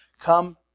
Come